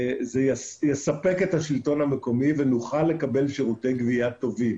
זה יספק את השלטון המקומי ונוכל לקבל שירותי גבייה טובים.